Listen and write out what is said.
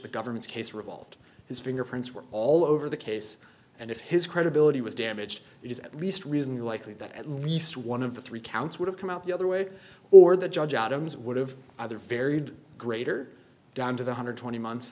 the government's case revolved his fingerprints were all over the case and if his credibility was damaged it is at least reason likely that at least one of the three counts would have come out the other way or the judge adams would have other varied greater down to the hundred twenty months